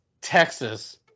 Texas